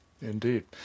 Indeed